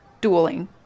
dueling